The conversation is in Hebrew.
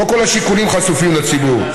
לא כל השיקולים חשופים לציבור,